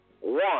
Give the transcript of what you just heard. one